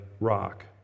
rock